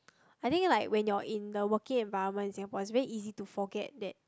I think like when you are in the working environment in Singapore it is very easy to forget that